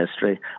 history